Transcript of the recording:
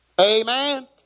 amen